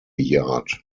yard